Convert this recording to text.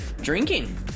drinking